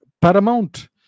paramount